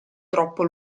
troppo